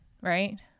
right